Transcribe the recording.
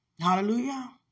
Hallelujah